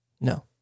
No